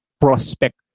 prospect